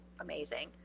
amazing